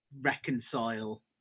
reconcile